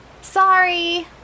Sorry